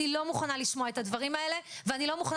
אני לא מוכנה לשמוע את הדברים האלה ושיגידו